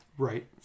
Right